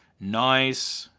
nice.